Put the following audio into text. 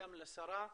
גם לשרה,